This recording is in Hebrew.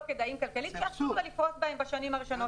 כדאיים כלכלית ואסור לה לפרוס בהם בשנים הראשונות.